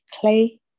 clay